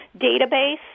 database